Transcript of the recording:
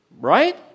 right